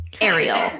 ariel